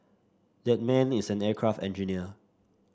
that man is an aircraft engineer